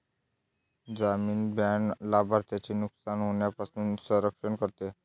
जामीन बाँड लाभार्थ्याचे नुकसान होण्यापासून संरक्षण करते